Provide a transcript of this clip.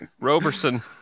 Roberson